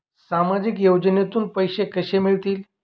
सामाजिक योजनेतून पैसे कसे मिळतील?